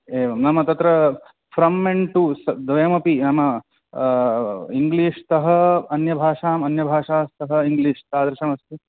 एवं नाम तत्र फ्रम् एण्ड टु द्वयमपि नाम इङ्ग्लिश् त अन्यभाषाम् अन्यभाषातः इङ्ग्लिष् तादृशमस्ति